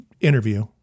interview